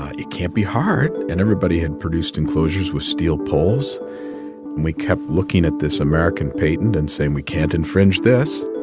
ah it can't be hard. and everybody had produced enclosures with steel poles. and we kept looking at this american patent and saying, we can't infringe this.